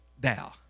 thou